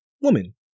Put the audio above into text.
woman